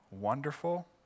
wonderful